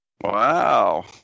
Wow